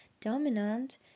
dominant